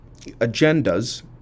agendas